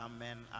Amen